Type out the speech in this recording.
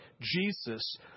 Jesus